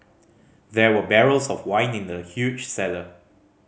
there were barrels of wine in the huge cellar